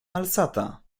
malsata